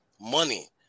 money